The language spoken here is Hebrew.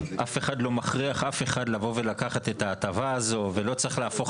אף אחד לא מכריח אף אחד לקחת את ההטבה הזו ולא צריך להפוך